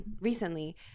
recently